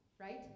Right